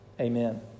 Amen